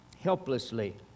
helplessly